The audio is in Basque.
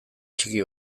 txiki